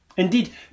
Indeed